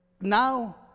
now